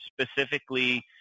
specifically